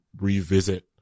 revisit